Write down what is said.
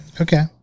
Okay